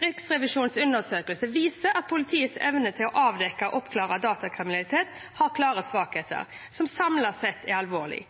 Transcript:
Riksrevisjonens undersøkelse viser at politiets evne til å avdekke og oppklare datakriminalitet har klare svakheter, som samlet sett er alvorlig.